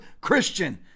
Christian